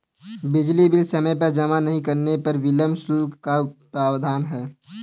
बिजली बिल समय पर जमा नहीं करने पर विलम्ब शुल्क का प्रावधान है